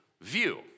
view